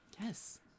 Yes